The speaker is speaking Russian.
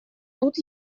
тут